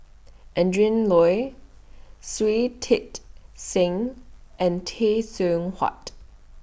Adrin Loi Shui Tit Sing and Tay Seow Huah